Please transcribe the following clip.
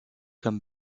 comme